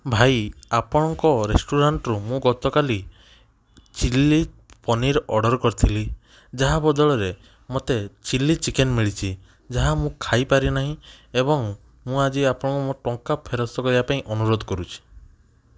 ଭାଇ ଆପଣଙ୍କ ରେଷ୍ଟୁରାଣ୍ଟରୁ ମୁଁ ଗତକାଲି ଚିଲ୍ଲି ପନିର ଅର୍ଡ଼ର କରିଥିଲି ଯାହା ବଦଳରେ ମୋତେ ଚିଲ୍ଲି ଚିକେନ ମିଳିଛି ଯାହା ମୁଁ ଖାଇ ପାରିନାହିଁ ଏବଂ ମୁଁ ଆଜି ଆପଣଙ୍କୁ ମୋ ଟଙ୍କା ଫେରସ୍ତ କରିବାକୁ ଅନୁରୋଧ କରୁଛି